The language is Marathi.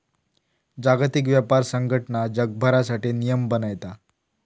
जागतिक व्यापार संघटना जगभरासाठी नियम बनयता